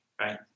right